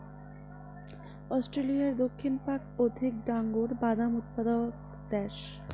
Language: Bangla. অস্ট্রেলিয়ার দক্ষিণ পাক অধিক ডাঙর বাদাম উৎপাদক দ্যাশ